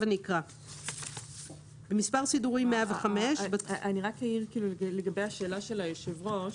אני אעיר לשאלת היושב ראש.